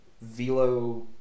Velo